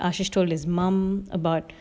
ashey told his mum about